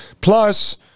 Plus